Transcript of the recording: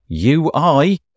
UI